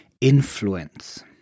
influence